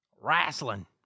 Wrestling